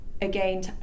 Again